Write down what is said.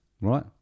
right